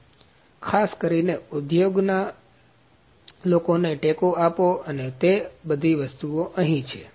તેથી ખાસ કરીને ઉદ્યોગોના લોકોને ટેકો આપો અને તે બધી વસ્તુઓ અહીં છે